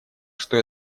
что